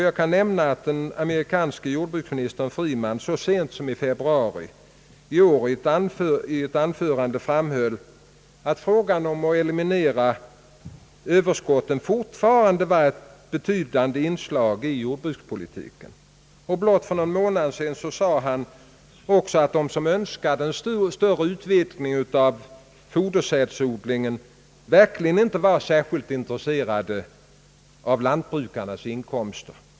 Jag kan nämna att den amerikanske jordbruksministern Freeman så sent som i februari i år i ett anförande framhöll, att frågan om att eliminera överskotten fortfarande utgjorde ett betydande inslag i jordbrukspolitiken. Och blott för någon månad sedan sade han, att de som önskade en större ut vidgning av fodersädsodlingen verkligen inte var särskilt intresserade av lantbrukarnas inkomster.